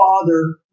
father